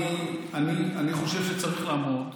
אני חושב שצריך לעמוד.